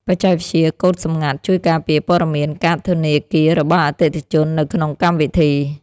បច្ចេកវិទ្យាកូដសម្ងាត់ ជួយការពារព័ត៌មានកាតធនាគាររបស់អតិថិជននៅក្នុងកម្មវិធី។